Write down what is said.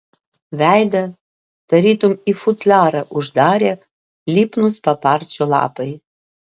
veidą tarytum į futliarą uždarė lipnūs paparčių lapai